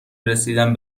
رسیدن